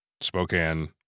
Spokane